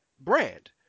brand